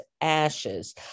Ashes